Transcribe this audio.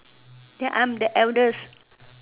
ya I'm the eldest